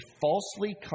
falsely